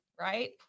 Right